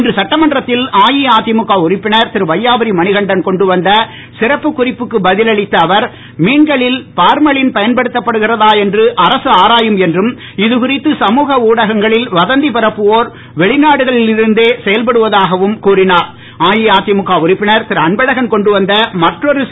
இன்று சட்டமன்றத்தில் அஇஅதிமுக உறுப்பினர் திரு வையாபுரி மணிகண்டன் கொண்டு வந்த சிறப்பு குறிப்புக்கு பதில் அளித்த அவர் மீன்களில் பார்மலின் பயன்படுத்தப்படுகிறதா என்று அரசு ஆராயும் என்றும் இதுகுறித்து சமூக ஊடகங்களில் வதந்தி பரப்புவோர் வெளிநாடுகளில் இருந்தே செயல்படுவதாகவும் அஇஅதிமுக உறுப்பினர் திரு அன்பழகன் கொண்டு வந்த மற்றொரு கூறினார்